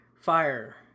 fire